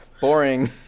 boring